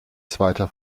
zweiter